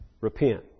repent